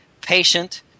patient